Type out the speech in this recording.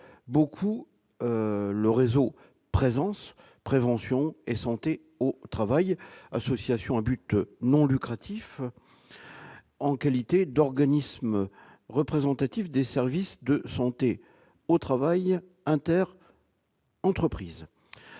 la part du réseau Présanse, prévention et santé au travail, association à but non lucratif qui a la qualité d'organisme représentatif des services de santé au travail interentreprises.